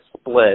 split